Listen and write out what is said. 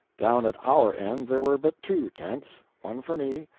down at our end there were but two tents one for me,